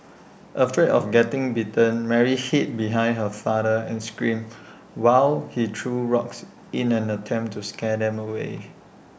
afraid of getting bitten Mary hid behind her father and screamed while he threw rocks in an attempt to scare them away